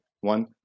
one